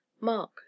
Mark